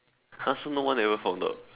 !huh! so no one ever found out